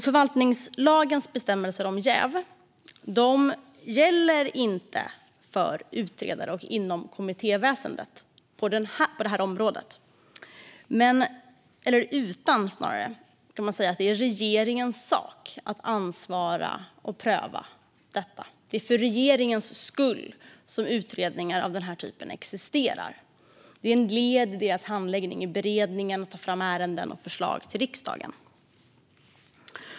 Förvaltningslagens bestämmelser om jäv gäller inte för utredare och inom kommittéväsendet på det här området, utan det är regeringens sak att ansvara för och pröva detta. Det är för regeringens skull som utredningar av den här typen existerar. Det är ett led i handläggningen och beredningen när man hanterar ärenden och tar fram förslag till riksdagen.